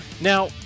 Now